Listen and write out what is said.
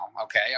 okay